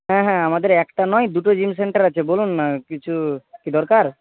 হ্যাঁ হ্যাঁ আমাদের একটা নয় দুটো জিম সেন্টার আছে বলুন না কিছু কি দরকার